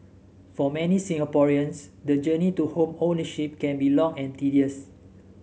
for many Singaporeans the journey to home ownership can be long and tedious